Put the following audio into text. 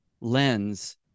lens